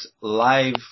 Live